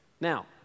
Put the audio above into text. Now